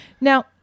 Now